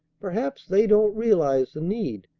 perhaps they don't realize the need.